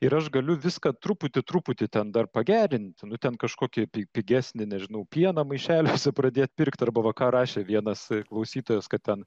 ir aš galiu viską truputį truputį ten dar pagerint nu ten kažkokį pi pigesnį nežinau pieną maišeliuose pradėt pirkt arba va ką rašė vienas klausytojas kad ten